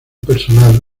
personal